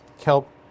kelp